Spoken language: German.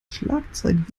schlagzeug